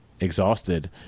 exhausted